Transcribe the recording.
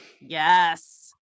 Yes